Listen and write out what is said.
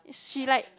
is she like